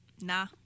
Nah